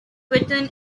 within